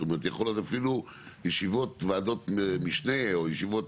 זאת אומרת יכול להית אפילו ישיבות ועדות משנה או ישיבות